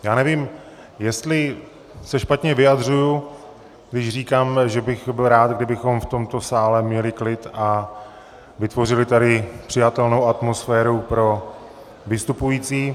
Já nevím, jestli se špatně vyjadřuji, když říkám, že bych byl rád, kdybychom v tomto sále měli klid a vytvořili tady přijatelnou atmosféru pro vystupující.